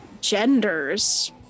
genders